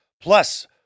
Plus